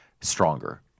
stronger